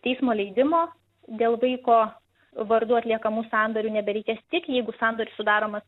teismo leidimo dėl vaiko vardu atliekamų sandorių nebereikės tik jeigu sandoris sudaromas